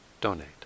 donate